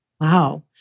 Wow